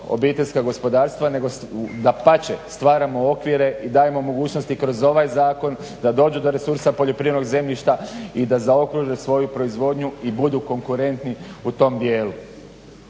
obiteljska gospodarstva, nego dapače stvaramo okvire i dajemo mogućnosti kroz ovaj zakon da dođu do resursa poljoprivrednog zemljišta i da zaokruže svoju proizvodnju i budu konkurentni u tom dijelu.